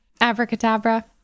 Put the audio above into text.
Abracadabra